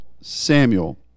Samuel